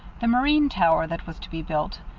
the marine tower that was to be built,